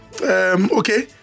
Okay